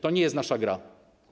To nie jest nasza gra.